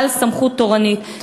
בעל סמכות תורנית,